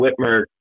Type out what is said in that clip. Whitmer